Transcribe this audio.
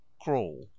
Crawl